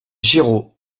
géraud